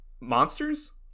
monsters